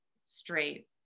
straight